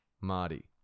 Marty